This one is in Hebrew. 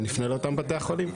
ונפנה לאותם בתי החולים.